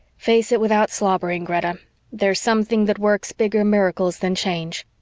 face it without slobbering, greta there's something that works bigger miracles than change.